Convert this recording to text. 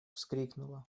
вскрикнула